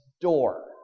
door